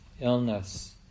illness